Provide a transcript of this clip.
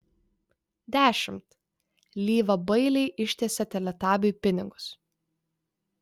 dešimt lyva bailiai ištiesė teletabiui pinigus